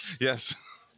Yes